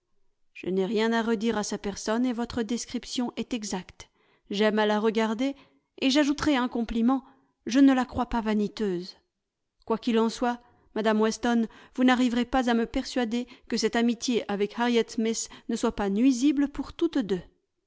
je n'ai rien à redire à sa personne et votre description est exacte j'aime à la regarder et j'ajouterai un compliment je ne la crois pas vaniteuse quoiqu'il en soit madame weston vous n'arriverez pas à me persuader que cette amitié avec harriet smith ne soit pas nuisible pour toutes deux